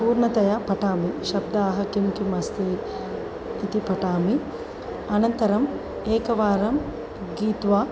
पूर्णतया पठामि शब्दाः किं किम् अस्ति इति पठामि अनन्तरम् एकवारं गीत्वा